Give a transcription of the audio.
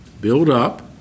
build-up